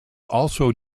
also